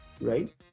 right